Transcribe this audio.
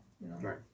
Right